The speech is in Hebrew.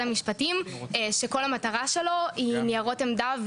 המשפטים שכל המטרה שלו היא ניירות עמדה,